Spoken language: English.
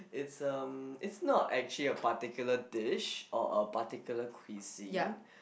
it's um it's not actually a particular dish or a particular cuisine